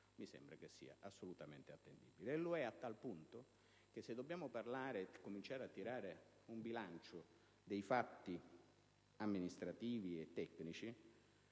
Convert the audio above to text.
mi sembra sia assolutamente attendibile. E lo è a tal punto, se dobbiamo cominciare a tirare un bilancio dei fatti amministrativi e tecnici,